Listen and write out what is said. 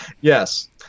yes